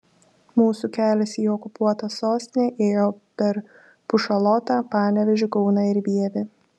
mūsų kelias į okupuotą sostinę ėjo per pušalotą panevėžį kauną ir vievį